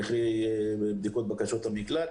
בתהליכי בדיקות בקשות המקלט.